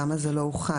למה זה לא הוחל?